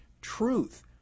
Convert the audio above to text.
truth